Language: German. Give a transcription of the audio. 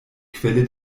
quelle